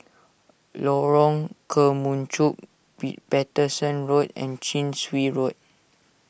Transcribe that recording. Lorong Kemunchup be Paterson Road and Chin Swee Road